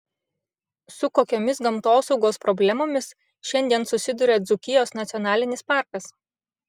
su kokiomis gamtosaugos problemomis šiandien susiduria dzūkijos nacionalinis parkas